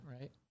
right